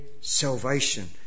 salvation